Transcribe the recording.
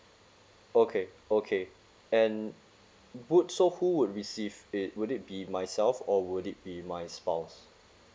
okay okay and would would so who would receive it would it be myself or would it be my spouse